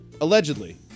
Allegedly